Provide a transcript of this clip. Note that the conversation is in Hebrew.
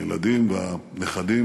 הילדים והנכדים,